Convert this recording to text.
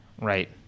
Right